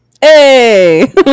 hey